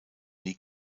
nie